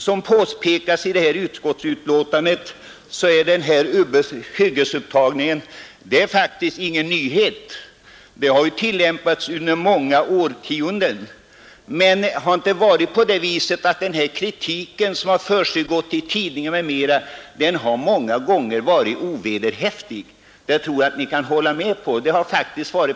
Som påpekats i utskottsbetänkandet är hyggesupptagning faktiskt ingen nyhet. Sådan har tillämpats under många årtionden. Men den kritik som framförts häremot i tidningar och på annat sätt har många gånger varit ovederhäftig. Jag tror att vi kan hålla med om detta.